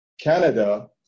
Canada